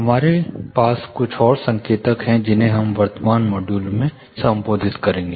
हमारे पास कुछ और संकेतक हैं जिन्हें हम वर्तमान मॉड्यूल में संबोधित करेंगे